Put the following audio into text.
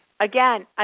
Again